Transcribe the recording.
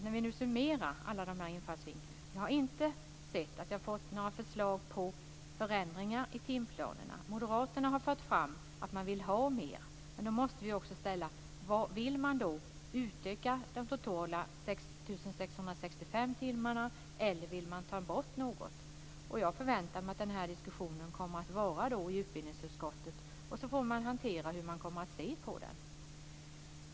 När vi nu summerar alla dessa infallsvinklar kan jag inte se att jag har fått några förslag på förändringar i timplanerna. Moderaterna har fört fram att man vill ha mer. Men vill man då utöka de totala 6 665 timmarna eller vill man ta bort något? Jag förväntar mig att den diskussionen kommer att vara i utbildningsutskottet, och så får man se vad som kommer fram.